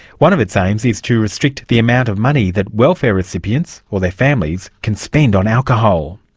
one of its aims is to restrict the amount of money that welfare recipients, or their families, can spend on alcohol.